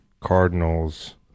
Cardinals